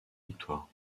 victoires